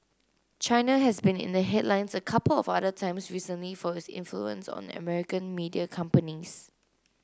China has been in the headlines a couple of other times recently for its influence on American media companies